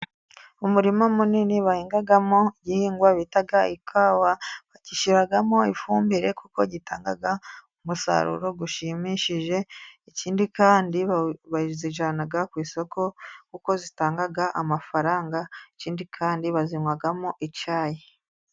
Umurima munini bahingamo igihingwa bita ikawa, bagishyiramo ifumbire kuko gitanga umusaruro ushimishije. Ikindi kandi bazijyana ku isoko kuko zitanga amafaranga, ikindi kandi bazinywamo icyayi.